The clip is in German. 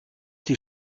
die